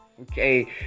Okay